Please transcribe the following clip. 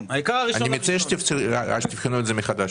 אני מציע שאולי תבחנו את הנושא הזה מחדש,